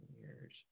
years –